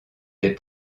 des